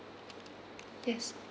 yes